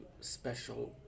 special